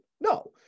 No